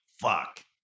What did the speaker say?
Fuck